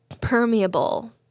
permeable